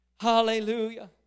Hallelujah